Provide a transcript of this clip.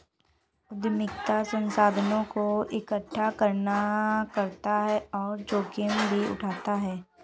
उद्यमिता संसाधनों को एकठ्ठा करता और जोखिम भी उठाता है